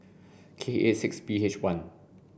K eight six B H one